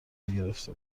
گرفته